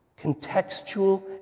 Contextual